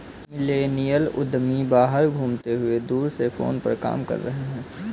millennial उद्यमी बाहर घूमते हुए दूर से फोन पर काम कर रहे हैं